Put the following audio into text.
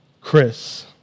Chris